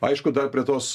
aišku dar prie tos